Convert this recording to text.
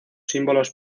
símbolos